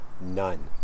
none